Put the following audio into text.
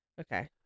Okay